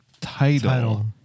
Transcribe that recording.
title